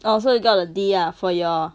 orh so you got a D ah for your